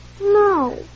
No